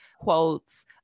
quotes